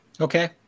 Okay